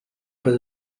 pas